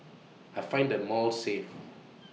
I find the malls safe